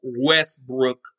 Westbrook